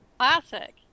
classic